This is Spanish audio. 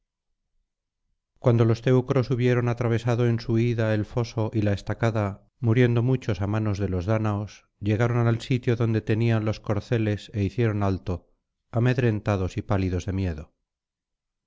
cuando los teucros hubieron atravesado en su huida el foso y la estacada muriendo muchos á manos de los dáñaos llegaron al sitio donde tenían los corceles é hicieron alto amedrentados y pálidos de miedo